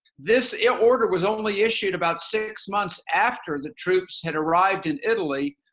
this order was only issued about six months after the troops had arrived in italy,